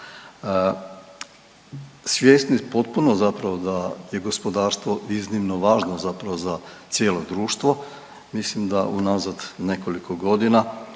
Svjesni potpuno zapravo da je gospodarstvo iznimno važno zapravo za cijelo društvo mislim da unazad nekoliko godina